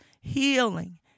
healing